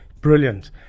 brilliant